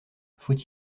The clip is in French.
faut